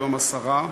היום השרה.